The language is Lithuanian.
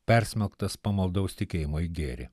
persmelktas pamaldaus tikėjimo į gėrį